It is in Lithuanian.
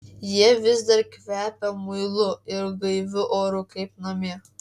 jie vis dar kvepia muilu ir gaiviu oru kaip namie